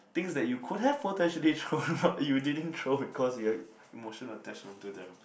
things that you could have potentially thrown out you didn't throw it because your emotional attachment to them